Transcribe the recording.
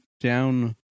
down